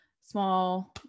small